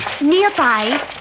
Nearby